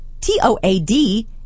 T-O-A-D